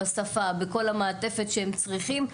בשפה ובכל המעטפת שהם צריכים,